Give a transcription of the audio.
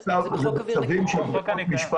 זה בצווים של בית משפט.